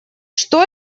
что